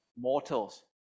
mortals